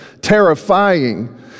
terrifying